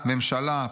ממשלה,